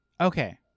Okay